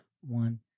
One